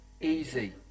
easy